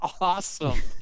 awesome